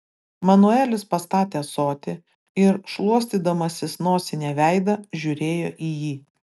manuelis pastatė ąsotį ir šluostydamasis nosine veidą žiūrėjo į jį